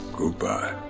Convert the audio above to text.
Goodbye